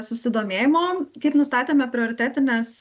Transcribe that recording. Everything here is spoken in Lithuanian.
susidomėjimo kaip nustatėme prioritetines